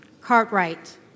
Cartwright